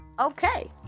Okay